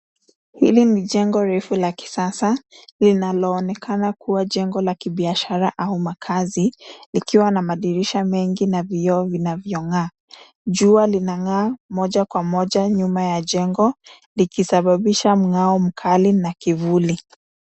Hili ni jengo refu la kisasa linaloonekana kuwa jengo la kibiashara au makazi, likiwa na madirisha mengi na vioo vinavyong'aa. Jua linang'aa moja kwa moja nyuma ya jengo, likisababisha mng'ao mkali na kivuli.